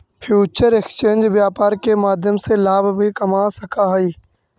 future exchange व्यापार के माध्यम से लाभ भी कमा सकऽ हइ